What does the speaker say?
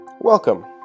Welcome